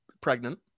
pregnant